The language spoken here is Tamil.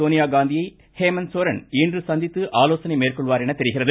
சோனியா காந்தியை ஹேமந்த் சோரன் இன்று சந்தித்து ஆலோசனை மேற்கொள்வாா் எனத் தெரிகிறது